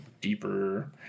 deeper